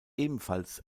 ebenfalls